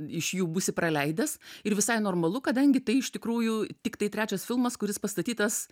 iš jų būsi praleidęs ir visai normalu kadangi tai iš tikrųjų tiktai trečias filmas kuris pastatytas